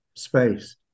Space